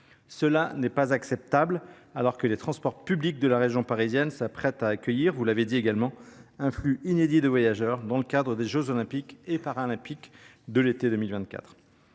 qui n’est pas acceptable, alors que les transports publics de la région parisienne s’apprêtent à accueillir un flux inédit de voyageurs dans le cadre des jeux Olympiques et Paralympiques de l’été 2024.